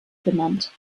benannt